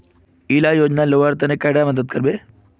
इला योजनार लुबार तने कैडा मदद करबे?